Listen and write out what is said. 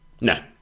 no